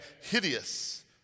hideous